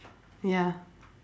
ya